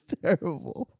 terrible